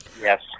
yes